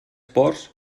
ports